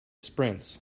sprints